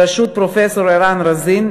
בראשות פרופסור ערן רזין,